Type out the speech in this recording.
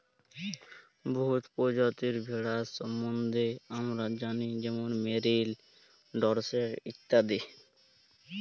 বহুত পরজাতির ভেড়ার সম্বল্ধে আমরা জালি যেমল মেরিল, ডরসেট ইত্যাদি